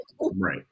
Right